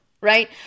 right